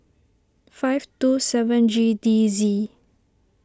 five two seven G D Z